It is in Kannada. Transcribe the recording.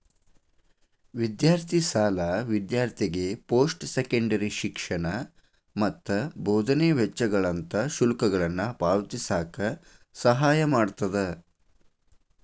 ವಿದ್ಯಾರ್ಥಿ ಸಾಲ ವಿದ್ಯಾರ್ಥಿಗೆ ಪೋಸ್ಟ್ ಸೆಕೆಂಡರಿ ಶಿಕ್ಷಣ ಮತ್ತ ಬೋಧನೆ ವೆಚ್ಚಗಳಂತ ಶುಲ್ಕಗಳನ್ನ ಪಾವತಿಸಕ ಸಹಾಯ ಮಾಡ್ತದ